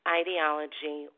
ideology